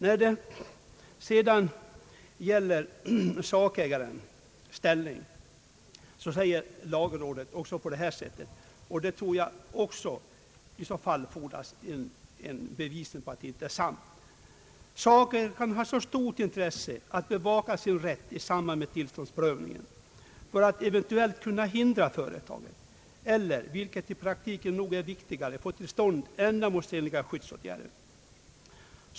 När det sedan gäller sakägarens ställning uttalar lagrådet: »Sakägaren kan ha stort intresse av att bevaka sin rätt redan i samband med tillståndsprövningen för att eventuellt kunna förhindra företaget eller, vilket i praktiken nog är viktigare, få till stånd ändamålsenliga skyddsåtgärder.